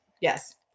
Yes